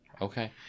okay